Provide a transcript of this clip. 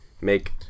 make